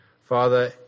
Father